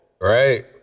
Right